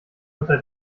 unter